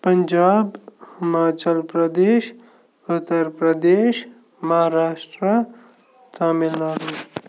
Punjab Himachal Pradesh Uttar Pradesh Maharashtra Tamil Nadu